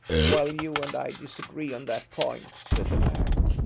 well, you and i disagree on that point, said the mayor.